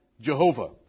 Jehovah